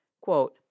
Quote